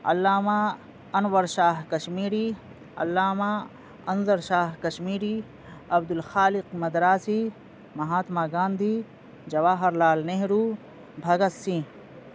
علامہ انور شاہ کشمیری علامہ انظر شاہ کشمیری عبد الخالق مدراسی مہاتما گاندھی جواہر لال نہرو بھگت سنگھ